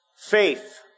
faith